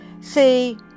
See